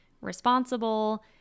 responsible